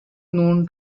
known